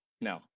no